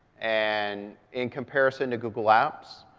and in comparison to google apps,